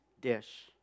dish